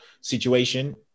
situation